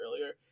earlier